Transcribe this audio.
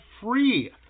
free